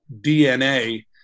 DNA